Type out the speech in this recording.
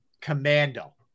Commando